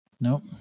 Nope